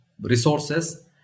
resources